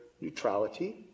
neutrality